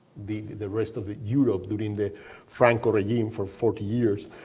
the the rest of europe during the franco regime for forty years.